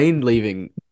leaving